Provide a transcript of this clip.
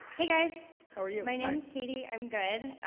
hey, guys. how are you? my name is katie, i'm good.